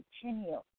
continue